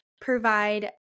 provide